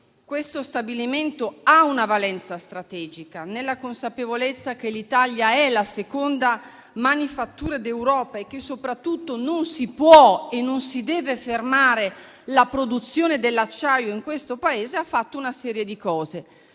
questo stabilimento ha una valenza strategica che l'Italia è la seconda manifattura d'Europa e che soprattutto non si può e non si deve fermare la produzione dell'acciaio in questo Paese, ha fatto una serie di cose: